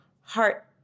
Heart